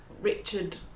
Richard